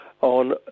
on